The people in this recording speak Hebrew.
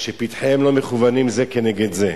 שפתחיהם לא מכוונים זה כנגד זה.